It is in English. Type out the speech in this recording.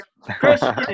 christian